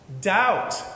Doubt